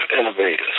innovators